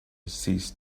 ceased